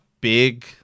big